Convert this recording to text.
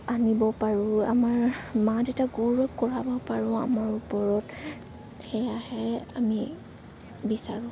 আনিব পাৰোঁ আমাৰ মা দেউতাক গৌৰৱ কৰাব পাৰোঁ আমাৰ ওপৰত সেইয়াহে আমি বিচাৰোঁ